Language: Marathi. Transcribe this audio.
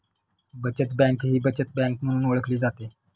बचत बँक ही बचत बँक म्हणून ओळखली जाते